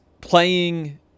playing